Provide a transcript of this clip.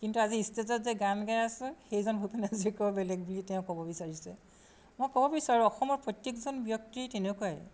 কিন্তু আজি ষ্টেজত যে গান গাই আছোঁ সেইজন ভূপেন হাজৰিকাও বেলেগ বুলি তেওঁ ক'ব বিচাৰিছে মই ক'ব বিচাৰোঁ অসমৰ প্ৰত্যেকজন ব্যক্তি তেনেকুৱাই